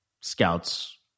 scouts